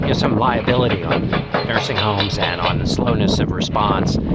you know some liability on nursing homes and on the slowness of response,